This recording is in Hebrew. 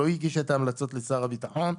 לא הגישה את ההמלצות לשר הביטחון,